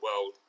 world